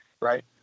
Right